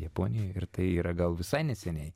japonijoj ir tai yra gal visai neseniai